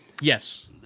yes